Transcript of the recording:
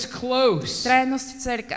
close